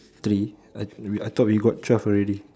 three I thought we got twelve already